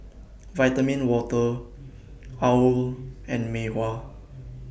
Vitamin Water OWL and Mei Hua